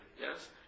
yes